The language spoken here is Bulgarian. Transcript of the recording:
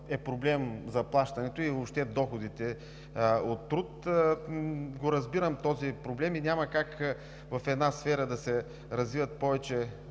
е проблем заплащането и въобще доходите от труд, го разбирам. Няма как в една сфера да се развиват повече